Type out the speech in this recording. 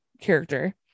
character